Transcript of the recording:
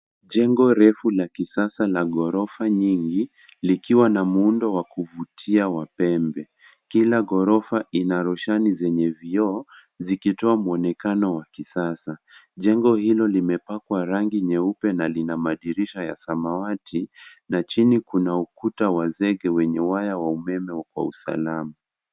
Jengo refu la kisasa la ghorofa nyingi likiwa na muundo wa kuvutia wa pembe kila ghorofa ina roshani zenye vioo zikitoa muonekano wa kisasa jengo hilo limepakwa rangi nyeupe na lina madirisha ya samawati na chini kuna ukuta wa zege wenye waya wa umeme wa usalama.